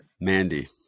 Mandy